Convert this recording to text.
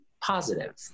positive